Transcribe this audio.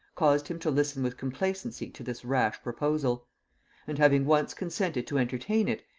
caused him to listen with complacency to this rash proposal and having once consented to entertain it,